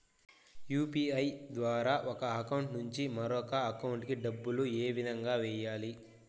UPI ద్వారా ఒక account నుంచి మరొక అకౌంట్ కి డబ్బులు ఏ విధంగా వెయ్యాలి